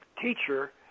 teacher